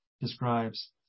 describes